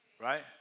right